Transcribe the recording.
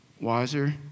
wiser